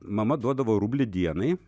mama duodavo rublį dienai